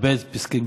לכבד פסקי דין.